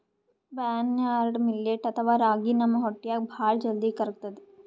barnyard millet ಅಥವಾ ರಾಗಿ ನಮ್ ಹೊಟ್ಟ್ಯಾಗ್ ಭಾಳ್ ಜಲ್ದಿ ಕರ್ಗತದ್